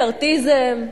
מקארתיזם,